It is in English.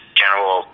general